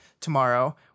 tomorrow